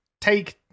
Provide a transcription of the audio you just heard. take